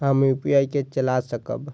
हम यू.पी.आई के चला सकब?